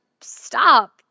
stop